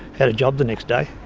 had a job the next day.